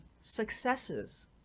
successes